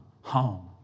home